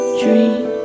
dream